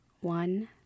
one